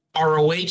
ROH